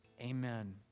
Amen